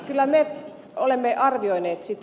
kyllä me olemme arvioineet sitä